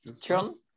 John